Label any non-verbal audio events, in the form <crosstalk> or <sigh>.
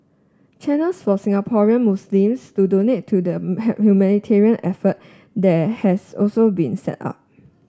channels for Singaporean Muslims to donate to the <unintelligible> humanitarian effort there has also been set up